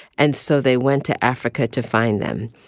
and so they went to africa to find them.